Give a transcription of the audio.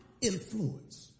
influence